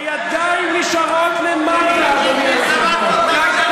הידיים נשארות למטה, אדוני היושב-ראש.